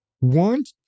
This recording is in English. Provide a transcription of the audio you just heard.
want